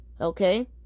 okay